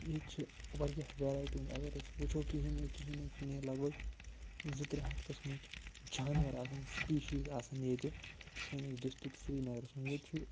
ییٚتہِ چھِ وارِیاہ ویریٹی ہٕنٛز اگر أسۍ وٕچھو کِہیٖنۍ نَے کِہیٖنۍ نَے کِہیٖنۍ نَے لگ بگ زٕ ترٛےٚ ہَتھ قٕسمٕکۍ جاناوَار آسَان سٕپیٖشیٖز آسَن ییٚتہِ سٲنِس ڈِسٹرک سرینَگرَس منٛز ییٚتہِ چھِ